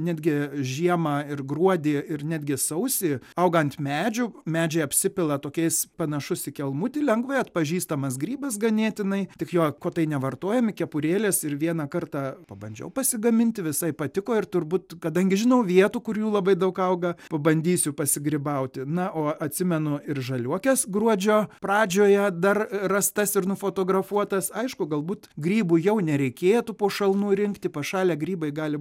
netgi žiemą ir gruodį ir netgi sausį auga ant medžių medžiai apsipila tokiais panašus į kelmutį lengvai atpažįstamas grybas ganėtinai tik jo kotai nevartojami kepurėlės ir vieną kartą pabandžiau pasigaminti visai patiko ir turbūt kadangi žinau vietų kur jų labai daug auga pabandysiu pasigrybauti na o atsimenu ir žaliuokes gruodžio pradžioje dar rastas ir nufotografuotas aišku galbūt grybų jau nereikėtų po šalnų rinkti pašalę grybai gali